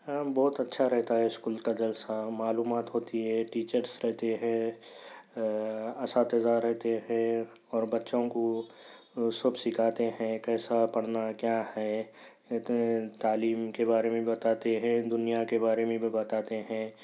ہاں بہت اچھا رہتا ہے اسکول کا جلسہ معلومات ہوتی ہے ٹیچرس رہتے ہیں اساتذہ رہتے ہیں اور بچوں کو سب سِکھاتے ہیں کیسا پڑھنا کیا ہے تعلیم کے بارے میں بھی بتاتے ہیں دُنیا کے بارے میں بھی بتاتے ہیں